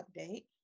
update